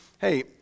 hey